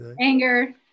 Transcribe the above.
Anger